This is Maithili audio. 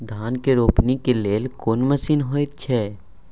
धान के रोपनी के लेल कोन मसीन होयत छै?